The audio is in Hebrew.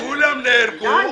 כולם נעלמו.